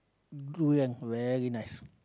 durian very nice